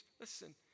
listen